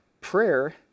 Prayer